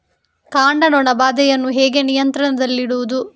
ಕಾಂಡ ನೊಣ ಬಾಧೆಯನ್ನು ಹೇಗೆ ನಿಯಂತ್ರಣದಲ್ಲಿಡುವುದು?